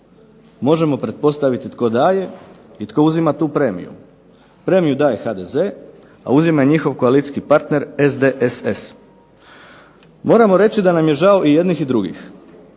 Možemo pretpostaviti tko daje i tko uzima tu premiju. Premiju daje HDZ, a uzima je njihov koalicijski partner SDSS. Moramo reći da nam je žao i jednih i drugih,